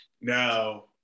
Now